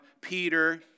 Peter